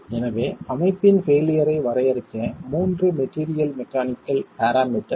எனவே அமைப்பின் பெயிலியர் ஐ வரையறுக்க மூன்று மெட்டீரியல் மெக்கானிக்கல் பரமேட்டர் உள்ளன